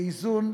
באיזון,